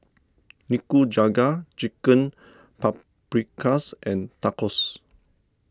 Nikujaga Chicken Paprikas and Tacos